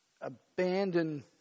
abandon